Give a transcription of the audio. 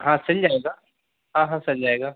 हाँ सिल जाएगा हाँ हाँ सिल जाएगा